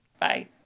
Bye